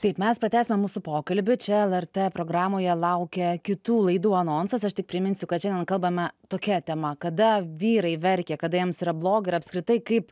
taip mes pratęsime mūsų pokalbį čia lrt programoje laukia kitų laidų anonsas aš tik priminsiu kad šiandien kalbame tokia tema kada vyrai verkia kada jiems yra bloga ir apskritai kaip